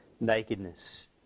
nakedness